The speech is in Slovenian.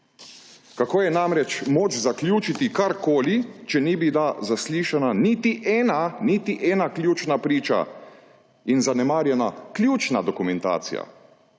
Kako je namreč moč zaključiti karkoli, če ni bila zaslišana niti ena ključna priča in zanemarjena ključna dokumentacija,